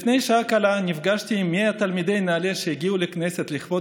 לפני שעה קלה נפגשתי עם 100 תלמידי נעל"ה שהגיעו לכנסת לכבוד